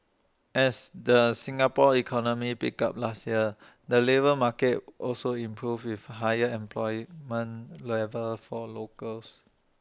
as the Singapore economy picked up last year the labour market also improved with higher employment levels for locals